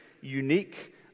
unique